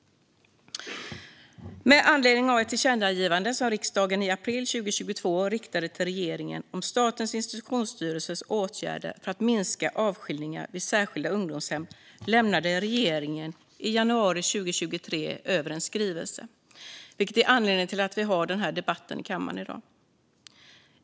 Med anledning av ett tillkännagivande som riksdagen i april 2022 riktade till regeringen om Statens institutionsstyrelses åtgärder för att minska avskiljningar vid särskilda ungdomshem lämnade regeringen i januari 2023 över en skrivelse, vilket är anledningen till att vi har den här debatten i kammaren i dag.